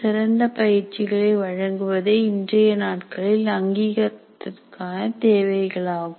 சிறந்த பயிற்சிகளை வழங்குவதே இன்றைய நாட்களில் அங்கீகாரத்திற்கான தேவைகளாகும்